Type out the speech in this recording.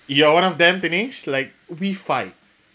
you are one of them Dinesh like we fight